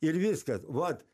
ir viskas vat